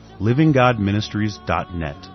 livinggodministries.net